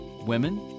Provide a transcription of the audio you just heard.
women